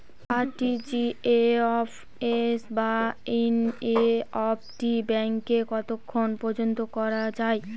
RTGS বা NEFT ব্যাংকে কতক্ষণ পর্যন্ত করা যায়?